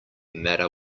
matter